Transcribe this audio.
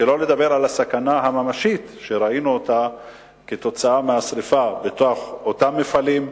שלא לדבר על הסכנה הממשית שראינו בשרפה בתוך אותם מפעלים,